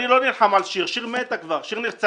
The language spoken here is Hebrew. אני לא נלחם על שיר, שיר כבר מתה, שיר נרצחה,